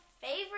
favorite